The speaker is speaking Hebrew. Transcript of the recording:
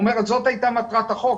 זו הייתה מטרת החוק.